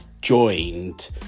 joined